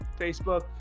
Facebook